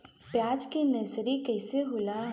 प्याज के नर्सरी कइसे होला?